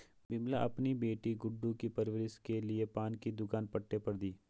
विमला अपनी बेटी गुड्डू की परवरिश के लिए पान की दुकान पट्टे पर दी